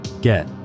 Get